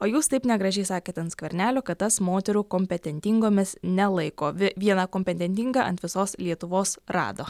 o jūs taip negražiai sakėt ant skvernelio kad tas moterų kompetentingomis nelaiko vie vieną kompetentingą ant visos lietuvos rado